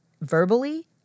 verbally